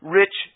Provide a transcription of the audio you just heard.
rich